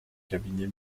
cabinet